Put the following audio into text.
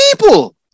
people